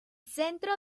centro